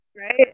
right